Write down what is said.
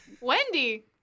Wendy